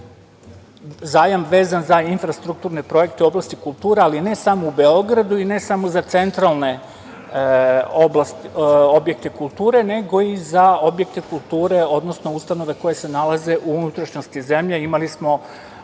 zajam vezan za infrastrukturne projekte u oblasti kulture, ali ne samo u Beogradu i ne samo za centralne objekte kulture nego i za objekte kulture, odnosno ustanove koje se nalaze u unutrašnjosti zemlje, mislim